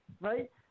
right